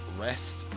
rest